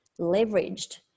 leveraged